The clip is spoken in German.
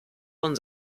von